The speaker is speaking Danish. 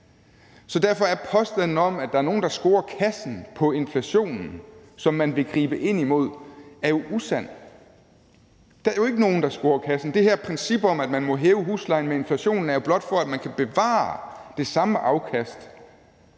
Så derfor er påstanden om, at der er nogle, der scorer kassen på inflationen, som man vil gribe ind over for, usand. Der er jo ikke nogen, der scorer kassen. Det her princip om, at man må hæve huslejen med inflationen, er jo blot til, for at man kan bevare det samme afkast,